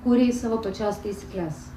kūrei savo pačios taisykles